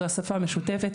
זו השפה המשותפת,